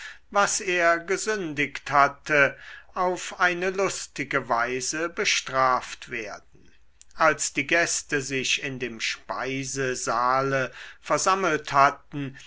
was er gesündigt hatte auf eine lustige weise bestraft werden als die gäste sich in dem speisesaale versammelt hatten